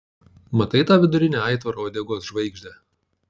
matai tą vidurinę aitvaro uodegos žvaigždę